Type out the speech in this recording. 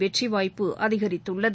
வெற்றி வாய்ப்பு அதிகரித்துள்ளது